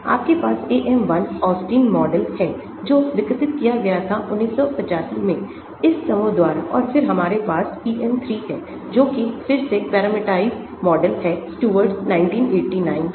आपके पास AM 1 Austin model है जो विकसित किया गया था1985 में इस समूह द्वारा और फिर हमारे पास PM 3 है जो कि फिर से पैरामीट्राइज मॉडल है स्टीवर्ट 1989 का